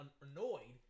annoyed